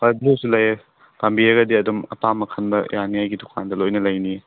ꯍꯣꯏ ꯕ꯭ꯂꯨꯁꯨ ꯂꯩꯌꯦ ꯄꯥꯝꯕꯤꯔꯒꯗꯤ ꯑꯗꯨꯝ ꯑꯄꯥꯝꯕ ꯈꯟꯕ ꯌꯥꯅꯤ ꯑꯩꯒꯤ ꯗꯨꯀꯥꯟꯗ ꯂꯣꯏꯅ ꯂꯩꯅꯤꯑꯦ